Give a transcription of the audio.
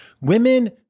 Women